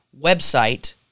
website